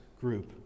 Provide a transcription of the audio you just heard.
group